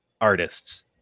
artists